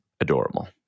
Adorable